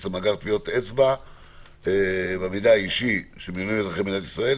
למאגר טביעות אצבע ומידע אישי של אזרחי מדינת ישראל,